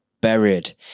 buried